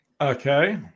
okay